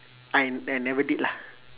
I I never did lah